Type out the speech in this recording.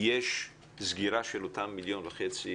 יש סגירה של אותם 1,500,000 ₪.